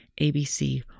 ABC